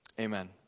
Amen